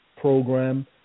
program